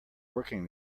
working